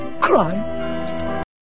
cry